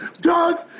Doug